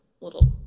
little